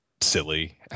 silly